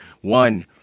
One